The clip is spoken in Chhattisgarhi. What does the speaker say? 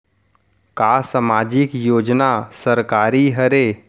का सामाजिक योजना सरकारी हरे?